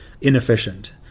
inefficient